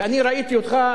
ואני ראיתי אותך,